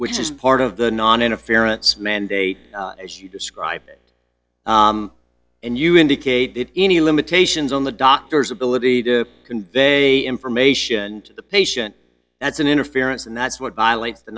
which is part of the noninterference mandate as you describe it and you indicate that any limitations on the doctors ability to convey information to the patient that's an interference and that's what violates the